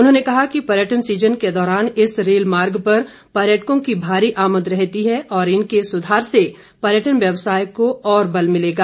उन्होंने कहा कि पर्यटन सीजन के दौरान इस रेल मार्ग पर पर्यटकों की मारी आमद रहती है और इनके सुधार से पर्यटन व्यवसाय को और बल मिलेगा